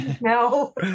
No